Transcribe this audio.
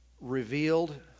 revealed